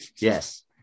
Yes